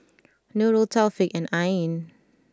Nurul Taufik and Ain